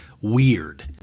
weird